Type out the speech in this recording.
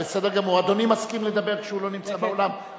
אדוני מסכים לדבר כשהוא לא נמצא באולם?